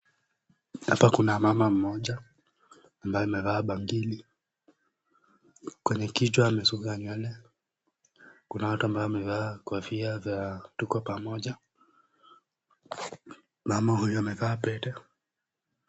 Hapa kuna mama mmoja ambaye amevaa bangili. Kwenye kichwa amesonga nywele. Kuna watu ambao wamevaa kofia za, tuko pamoja. Mama huyu amevaa pete.